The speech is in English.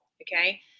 Okay